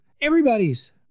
everybody's